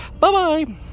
Bye-bye